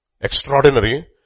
extraordinary